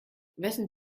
wessen